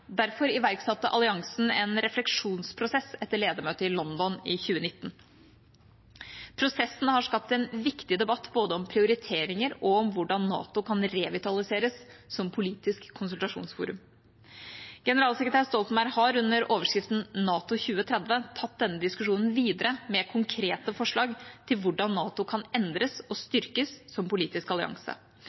Derfor iverksatte alliansen en refleksjonsprosess etter ledermøtet i London i 2019. Prosessen har skapt en viktig debatt både om prioriteringer og om hvordan NATO kan revitaliseres som politisk konsultasjonsforum. Generalsekretær Stoltenberg har, under overskriften NATO 2030, tatt denne diskusjonen videre med konkrete forslag til hvordan NATO kan endres og styrkes som politisk allianse.